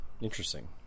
Interesting